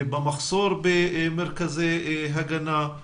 במחסור במרכזי הגנה,